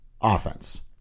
offense